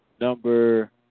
number